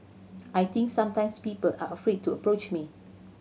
I think sometimes people are afraid to approach me